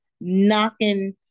knocking